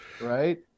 right